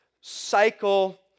cycle